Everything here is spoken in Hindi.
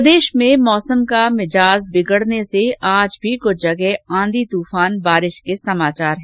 प्रदेश में मौसम का मिजाज बिगड़ने से आज भी कुछ जगह आंधी तूफान बारिश के समाचार हैं